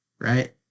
right